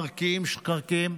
המחירים מרקיעים שחקים.